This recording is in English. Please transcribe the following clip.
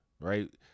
Right